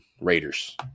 Raiders